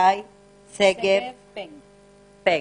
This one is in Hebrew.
שגב פנג.